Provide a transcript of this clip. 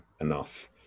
enough